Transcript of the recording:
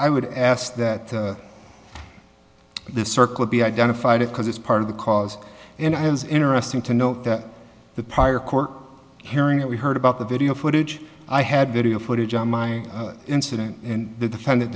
i would ask that the circle be identified it because it's part of the cause and i was interesting to note that the prior court hearing that we heard about the video footage i had video footage on my incident in the defendant